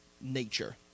nature